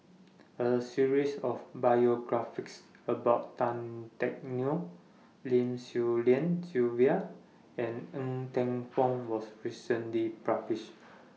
A series of biographies about Tan Teck Neo Lim Swee Lian Sylvia and Ng Teng Fong was recently published